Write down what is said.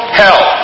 hell